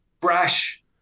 brash